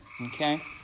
okay